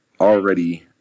already